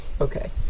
okay